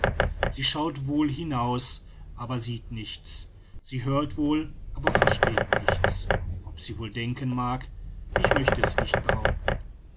sie schaut wohl hinaus aber sieht nichts sie hört wohl aber versteht nichts ob sie wohl denken mag ich möchte es nicht behaupten